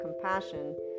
compassion